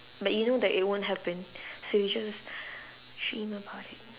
but you know that it won't happen so you just dream about it